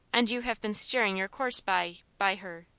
and you have been steering your course by by her,